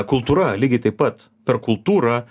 kultūra lygiai taip pat per kultūrą